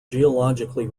geologically